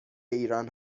ایران